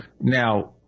Now